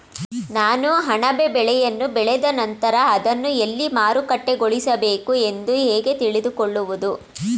ನಾನು ಅಣಬೆ ಬೆಳೆಯನ್ನು ಬೆಳೆದ ನಂತರ ಅದನ್ನು ಎಲ್ಲಿ ಮಾರುಕಟ್ಟೆಗೊಳಿಸಬೇಕು ಎಂದು ಹೇಗೆ ತಿಳಿದುಕೊಳ್ಳುವುದು?